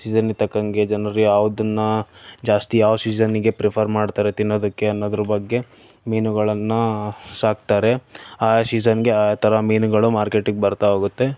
ಸೀಸನ್ನಿಗೆ ತಕ್ಕಂಗೆ ಜನರು ಯಾವುದನ್ನು ಜಾಸ್ತಿ ಯಾವ ಸೀಸನ್ಗೆ ಪ್ರಿಫರ್ ಮಾಡ್ತಾರೆ ತಿನ್ನೋದಕ್ಕೆ ಅನ್ನೊದರ ಬಗ್ಗೆ ಮಿನುಗಳನ್ನು ಸಾಕ್ತಾರೆ ಆ ಸೀಸನ್ಗೆ ಆ ಥರ ಮೀನುಗಳು ಮಾರ್ಕೆಟಿಗೆ ಬರ್ತಾಹೋಗುತ್ತೆ